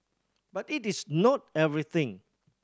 but it is not everything